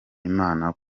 imana